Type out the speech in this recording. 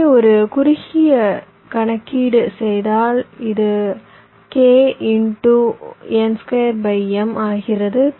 எனவே ஒரு குறுகிய கணக்கீடு செய்தால் இது kn2m ஆகிறது